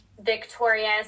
Victorious